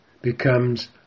becomes